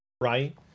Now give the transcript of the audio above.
right